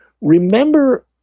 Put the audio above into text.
remember